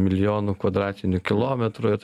milijonų kvadratinių kilometrų ir